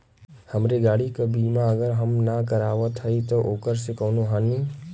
हमरे गाड़ी क बीमा अगर हम ना करावत हई त ओकर से कवनों हानि?